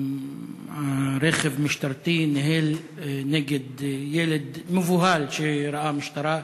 רכב משטרתי ניהל מרדף נגד ילד מבוהל שראה משטרה,